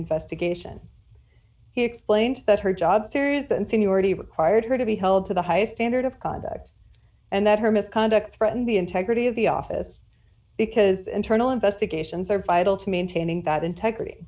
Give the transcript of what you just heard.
investigation he explained that her job serious and seniority required her to be held to the highest standard of conduct and that her misconduct threaten the integrity of the office because internal investigations are vital to maintaining that integrity